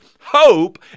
hope